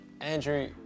Andrew